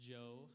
Joe